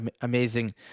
Amazing